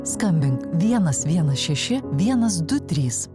skambink vienas vienas šeši vienas du trys